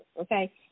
okay